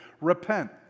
repent